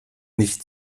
nicht